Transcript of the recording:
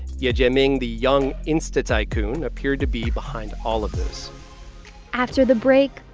ye jianming, the young insta-tycoon, appeared to be behind all of this after the break,